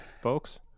folks